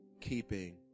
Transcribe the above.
keeping